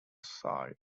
salt